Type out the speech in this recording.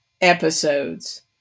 episodes